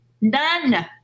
None